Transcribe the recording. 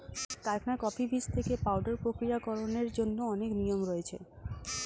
কারখানায় কফি বীজ থেকে পাউডার প্রক্রিয়াকরণের জন্য অনেক নিয়ম রয়েছে